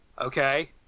Okay